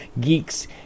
geeks